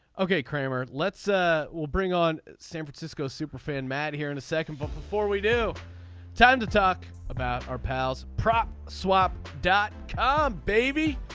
ok kramer let's ah bring on san francisco superfan mad here in a second but before we do time to talk about our pals prop swap dot com baby.